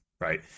Right